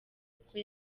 kuko